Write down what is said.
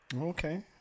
Okay